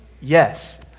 Yes